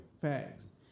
Facts